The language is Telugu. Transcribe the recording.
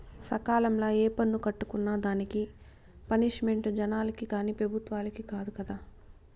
సకాలంల ఏ పన్ను కట్టుకున్నా దానికి పనిష్మెంటు జనాలకి కానీ పెబుత్వలకి కాదు కదా